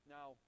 Now